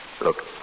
Look